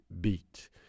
Beat